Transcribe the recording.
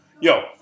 yo